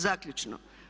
Zaključno.